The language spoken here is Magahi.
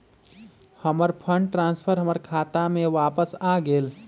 हमर फंड ट्रांसफर हमर खाता में वापस आ गेल